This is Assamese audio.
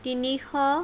তিনিশ